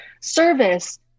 service